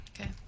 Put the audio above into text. Okay